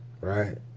right